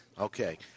Okay